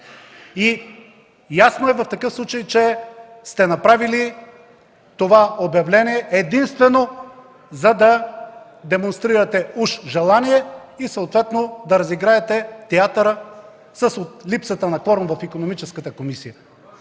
Ясно е, че в такъв случай сте направили това обявление единствено за да демонстрирате уж желание и съответно да разиграете театъра с липсата на кворум в Икономическата комисия.